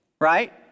right